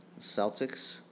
Celtics